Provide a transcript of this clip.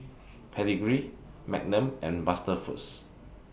Pedigree Magnum and MasterFoods